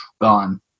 gone